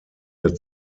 der